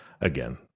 Again